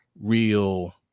real